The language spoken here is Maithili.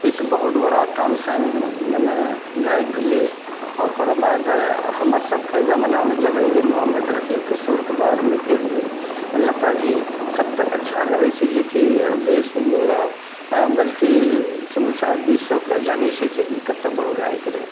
एक बहुत बड़ा तानसेन मने गायक भेलय ओकरो बाद हमर सबके जमानामे जब ऐलए मोहम्मद रफी किशोर कुमार मुकेश जी लता जी कते अच्छा गाबए छै जेकि देश ही नहि बल्कि समूचा विश्व ओकरा जानए छै कि कतहुँ बड़ों गायक रहए